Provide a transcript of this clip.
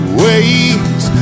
ways